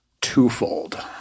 twofold